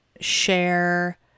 share